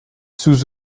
sous